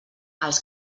els